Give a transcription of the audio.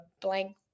blank